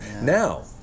now